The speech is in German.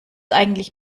eigentlich